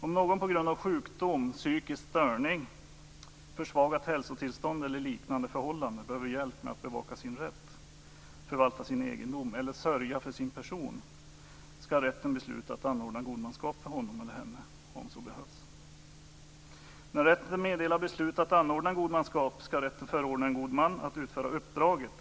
Om någon på grund av sjukdom, psykisk störning, försvagat hälsotillstånd eller liknande förhållande behöver hjälp med att bevaka sin rätt och förvalta sin egendom eller sörja för sin person, skall rätten besluta att anordna godmanskap för honom eller henne om så behövs. När rätten meddelar beslut om att anordna godmanskap skall rätten samtidigt förordna en god man att utföra uppdraget.